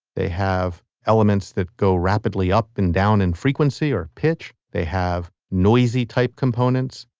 they have elements that go rapidly up and down in frequency or pitch. they have noisy type components.